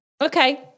Okay